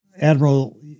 Admiral